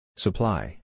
Supply